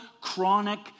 chronic